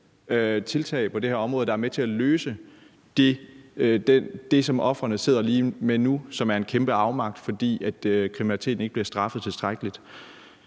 tiltag på det her område, der er med til at løse det, som ofrene lige nu sidder med, som er en kæmpe afmagt, fordi kriminaliteten ikke bliver straffet tilstrækkeligt.